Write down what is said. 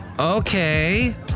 Okay